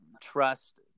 trust